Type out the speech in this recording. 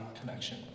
connection